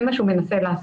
זה מה שהוא מנסה לעשות.